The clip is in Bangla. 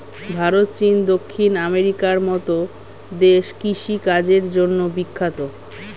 ভারত, চীন, দক্ষিণ আমেরিকার মতো দেশ কৃষি কাজের জন্যে বিখ্যাত